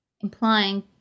Implying